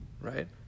right